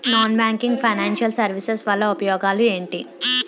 Non banking financial services వల్ల ఉపయోగాలు ఎంటి?